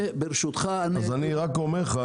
אז אני רק אומר לך,